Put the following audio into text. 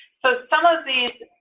so some of these,